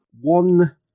one